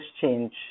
change